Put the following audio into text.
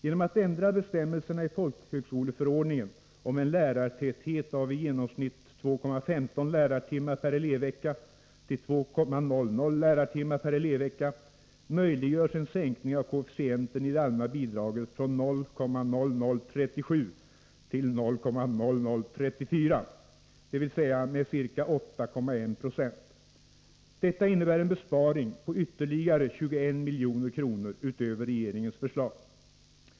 Genom att man ändrar bestämmelserna i folkhögskoleförordningen om en lärartäthet av i genomsnitt 2,15 lärartimmar per elevvecka till 2,00 lärartimmar per elevvecka möjliggörs en sänkning av koefficienten i det allmänna bidraget från 0,0037 till 0,0034, dvs. med ca 8,1 26. Detta innebär en besparing på ytterligare 21 milj.kr. utöver regeringens förslag.